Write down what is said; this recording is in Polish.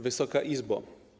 Wysoka Izbo!